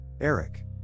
Eric